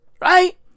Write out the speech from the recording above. Right